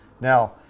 Now